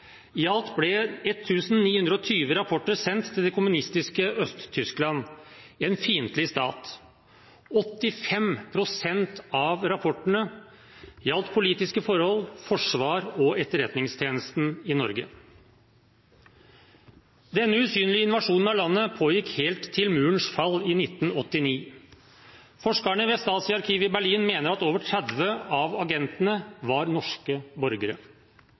I alt ble 1 920 rapporter sendt til det kommunistiske Øst-Tyskland, en fiendtlig stat. 85 pst. av rapportene gjaldt politiske forhold, forsvar og etterretningstjenesten i Norge. Denne usynlige invasjonen av landet pågikk helt til murens fall i 1989. Forskere ved Stasi-arkivet i Berlin mener at over 30 av agentene var norske borgere.